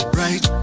right